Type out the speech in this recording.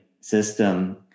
system